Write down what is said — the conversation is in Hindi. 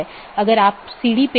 बल्कि कई चीजें हैं